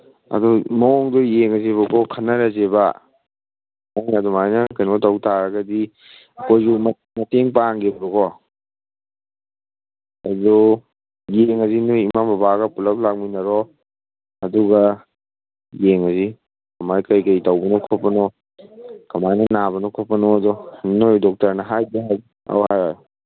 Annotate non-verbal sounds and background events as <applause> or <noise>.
ꯑꯗꯨ ꯃꯑꯣꯡꯗꯨ ꯌꯦꯡꯉꯁꯤꯕꯀꯣ ꯈꯟꯅꯔꯁꯤꯕ ꯅꯪꯅ ꯑꯗꯨꯃꯥꯏꯅ ꯀꯩꯅꯣ ꯇꯧ ꯇꯥꯔꯒꯗꯤ ꯑꯩꯈꯣꯏꯁꯨ ꯃꯇꯦꯡ ꯄꯥꯡꯒꯦꯕꯀꯣ ꯑꯗꯨ ꯌꯦꯡꯉꯁꯤ ꯅꯣꯏ ꯏꯃꯥ ꯕꯕꯥꯒ ꯄꯨꯂꯞ ꯂꯥꯛꯃꯤꯟꯅꯔꯣ ꯑꯗꯨꯒ ꯌꯦꯡꯉꯁꯤ ꯀꯃꯥꯏꯅ ꯀꯔꯤ ꯀꯔꯤ ꯇꯧꯕꯅꯣ ꯈꯣꯠꯄꯅꯣ ꯀꯃꯥꯏꯅ ꯅꯥꯕꯅꯣ ꯈꯣꯠꯄꯅꯣꯗꯣ ꯅꯣꯏ ꯗꯣꯛꯇꯔꯅ <unintelligible>